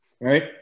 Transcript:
Right